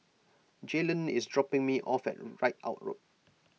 Jaylen is dropping me off at Ridout Road